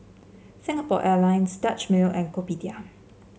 Singapore Airlines Dutch Mill and Kopitiam